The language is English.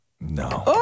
No